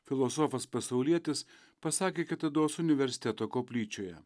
filosofas pasaulietis pasakė kitados universiteto koplyčioje